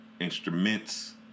instruments